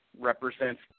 represents